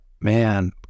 man